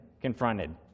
confronted